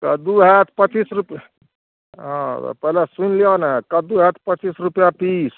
कद्दू हैत पचीस रुपैये हँ पहिले सुनि लियौ ने कद्दू हैत पचीस रुपैआ पीस